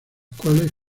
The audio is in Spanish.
cuales